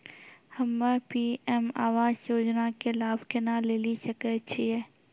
हम्मे पी.एम आवास योजना के लाभ केना लेली सकै छियै?